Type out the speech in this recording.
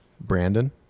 Brandon